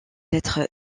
être